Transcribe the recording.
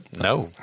No